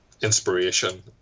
inspiration